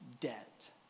debt